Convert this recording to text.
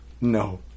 No